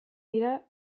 dira